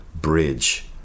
bridge